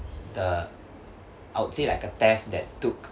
the I would say like a theft that took